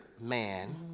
man